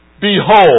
Behold